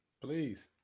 Please